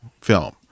film